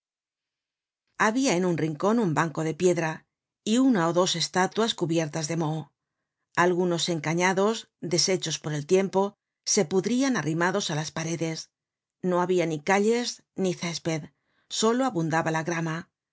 habia en un rincon un banco de piedra y una ó dos estatuas cubiertas de moho algunos encañados deshechos por el tiempo se pudrian arrimados á las paredes no habia ni calles ni césped solo abundaba la grama